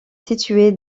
situé